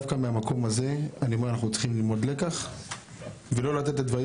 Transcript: דווקא מהמקום הזה אני אומר שאנחנו צריכים ללמוד לקח ולא לתת לדברים